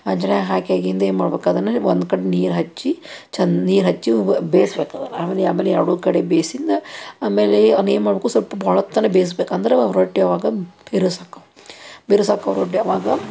ಹಂಚಿನ್ಯಾಗ ಹಾಕ್ಯಾಗಿಂದು ಏನು ಮಾಡ್ಬಕು ಅದನ್ನು ಒಂದು ಕಡೆ ನೀರು ಹಚ್ಚಿ ಚಂದ ನೀರು ಹಚ್ಚಿ ಬೇಯ್ಸ್ಬೇಕು ಅದನ್ನು ಆಮೇಲೆ ಆಮೇಲೆ ಎರಡೂ ಕಡೆ ಬೇಯ್ಸಿದ್ದನ್ನ ಆಮೇಲೆ ಏನು ಮಾಡ್ಬೇಕು ಸಲ್ಪ ಒಳಗೆ ತನಕ ಬೇಯ್ಸ್ಬೇಕು ಅಂದ್ರೆ ರೊಟ್ಟಿ ಅವಾಗ ಬಿರುಸು ಆಕವ್ ಬಿರುಸು ಆಕವ್ ರೊಟ್ಟಿ ಅವಾಗ